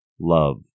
love